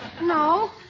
No